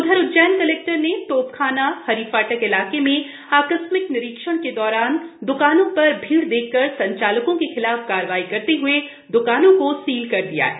उधर उज्जैन कलेक्टर ने तोपखाना हरि फाटक इलाके में आकस्मिक निरीक्षण के दौरान द्कानों पर भीड़ लगी भीड़ देखकर संचालकों के खिलाफ कार्रवाई करते हए दुकानों को सील कर दिया है